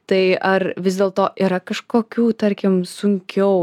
tai ar vis dėlto yra kažkokių tarkim sunkiau